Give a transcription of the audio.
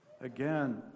Again